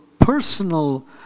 personal